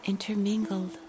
Intermingled